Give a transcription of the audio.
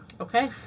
Okay